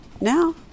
now